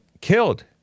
killed